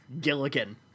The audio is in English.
Gilligan